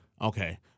Okay